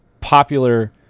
popular